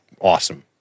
awesome